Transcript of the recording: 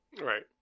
Right